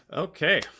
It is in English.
okay